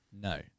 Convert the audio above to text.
no